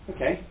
Okay